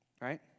right